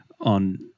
on